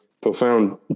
profound